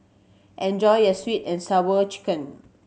enjoy your Sweet And Sour Chicken